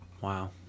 Wow